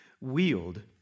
wield